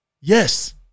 Yes